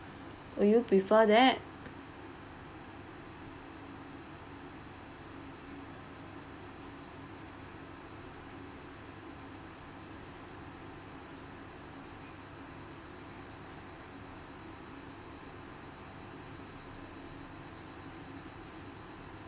will you prefer that